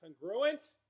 congruent